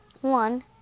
One